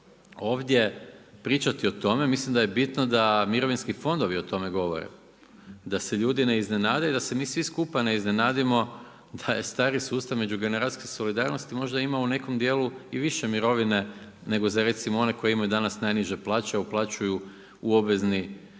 ovdje pričati o tome, mislim da je bitno da mirovinski fondovi o tome govore, da se ljudi ne iznenade i da se mi svi skupa ne iznenadimo da je stari sustav međugeneracijske solidarnosti možda imao u nekom djelu i više mirovine za nego recimo one koji imaju danas najniže plaće a uplaćuju u obvezni